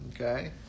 Okay